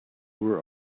were